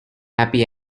happy